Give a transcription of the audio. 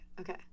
okay